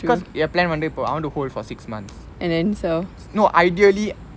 cause என்:en plan வந்து இப்போ:vanthu ippo I want to hold for six months no ideally